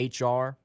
HR